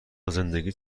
زندگیت